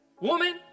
Woman